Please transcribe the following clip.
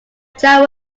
child